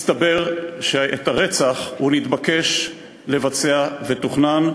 הסתבר שאת הרצח הוא נתבקש לבצע, והוא תוכנן,